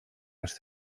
les